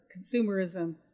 consumerism